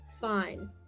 Fine